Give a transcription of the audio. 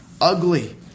ugly